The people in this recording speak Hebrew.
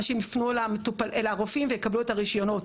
אנשים יפנו לרופאים ויקבלו את הרשיונות.